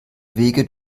wege